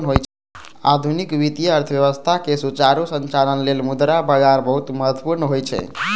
आधुनिक वित्तीय अर्थव्यवस्था के सुचारू संचालन लेल मुद्रा बाजार बहुत महत्वपूर्ण होइ छै